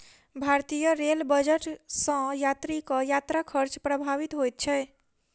भारतीय rail budget सॅ यात्रीक यात्रा खर्च प्रभावित होइत छै